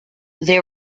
they